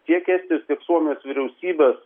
tiek estijos tiek suomijos vyriausybės